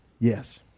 Yes